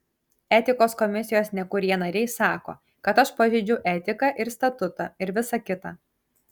etikos komisijos nekurie nariai sako kad aš pažeidžiau etiką ir statutą ir visa kita